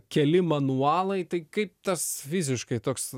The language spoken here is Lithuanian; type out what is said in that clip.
keli manualai tai kaip tas fiziškai toks